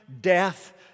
death